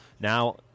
Now